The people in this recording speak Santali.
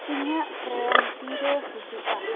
ᱤᱧᱟᱹᱜ ᱴᱨᱮᱱ ᱛᱤᱨᱮ ᱦᱤᱡᱩᱜᱼᱟ